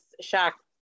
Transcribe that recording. shocked